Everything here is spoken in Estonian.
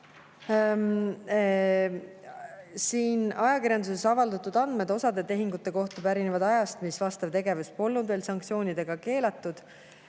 üle. Ajakirjanduses avaldatud andmed osa tehingute kohta pärinevad ajast, mil vastav tegevus polnud sanktsioonidega veel keelatud.